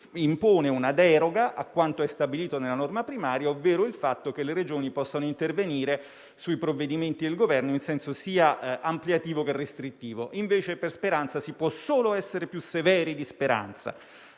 impone una deroga a quanto stabilito nella norma primaria, ovvero il fatto che le Regioni possano intervenire sui provvedimenti del Governo in senso sia ampliativo che restrittivo. Invece, per Speranza si può solo essere più severi di Speranza.